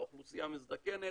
האוכלוסייה מזדקנת,